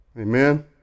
amen